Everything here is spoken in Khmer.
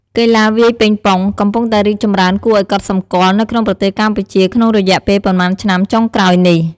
កីឡាវាយប៉េងប៉ុង កំពុងតែរីកចម្រើនគួរឱ្យកត់សម្គាល់នៅក្នុងប្រទេសកម្ពុជាក្នុងរយៈពេលប៉ុន្មានឆ្នាំចុងក្រោយនេះ។